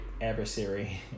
adversary